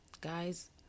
guys